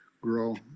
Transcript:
grow